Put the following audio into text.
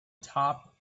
top